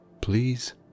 please